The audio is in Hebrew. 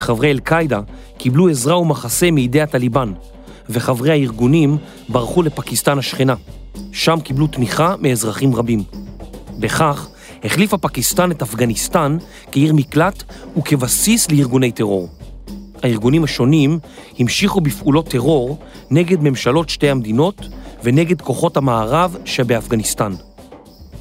חברי אל-קאידה קיבלו עזרה ומחסה מידי הטליבן, וחברי הארגונים ברחו לפקיסטן השכנה. שם קיבלו תמיכה מאזרחים רבים. בכך החליפה פקיסטן את אפגניסטן כעיר מקלט וכבסיס לארגוני טרור. הארגונים השונים המשיכו בפעולות טרור נגד ממשלות שתי המדינות ונגד כוחות המערב שבאפגניסטן.